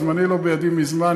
זמני לא בידי מזמן,